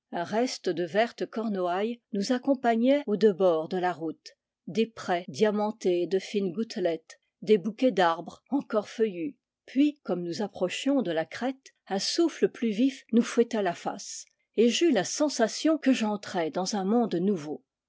reste de verte cornouaille nous accompagnait aux deux bords de la route des près diamantés de fines gouttelettes des bou quets d'arbres encore feuillus puis comme nous appro chions de la crête un souffle plus vif nous fouetta la face et j'eus la sensation que j'entrais dans un monde nouveau